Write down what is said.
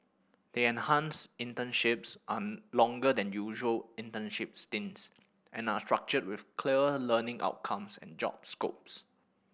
the enhanced internships are longer than usual internship stints and are structured with clear learning outcomes and job scopes